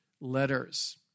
letters